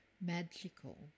magical